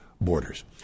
borders